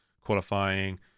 qualifying